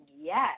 yes